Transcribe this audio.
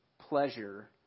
pleasure